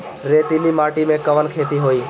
रेतीली माटी में कवन खेती होई?